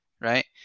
right